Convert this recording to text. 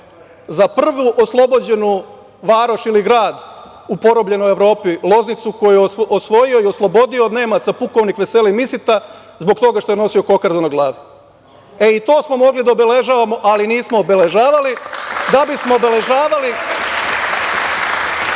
za prvu oslobođenu varoš ili grad u porobljenoj Evropi - Loznicu, koju je osvojio i oslobodio od Nemaca pukovnik Veselin Misita zbog toga što je nosio kokardu na glavi. To smo mogli da obeležavamo, ali nismo obeležavali da bismo obeležavali